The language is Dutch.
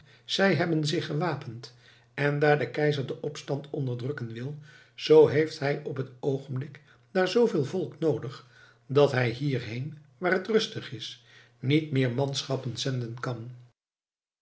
zij hebben zich gewapend en daar de keizer den opstand onderdrukken wil zoo heeft hij op het oogenblik daar zooveel volk noodig dat hij hierheen waar het rustig is niet meer manschappen zenden kan